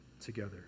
together